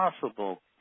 possible